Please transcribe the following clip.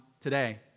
today